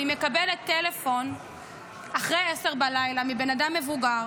אני מקבלת טלפון אחרי 22:00 מבן אדם מבוגר,